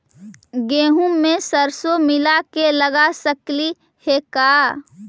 गेहूं मे सरसों मिला के लगा सकली हे का?